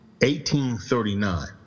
1839